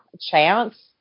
chance